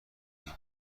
ایم